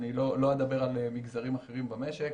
לא אדבר על מגזרים אחרים במשק,